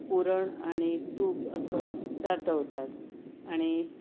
पुरण आणि तूप असं चाटवतात आणि